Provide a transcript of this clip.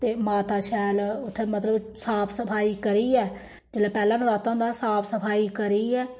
ते माता शैल उत्थै मतलब साफ सफाई करियै जेल्लै पैह्ला नराता होंदा साफ सफाई करियै